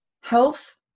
health